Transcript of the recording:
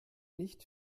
nicht